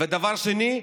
ודבר שני,